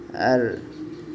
ᱟᱨ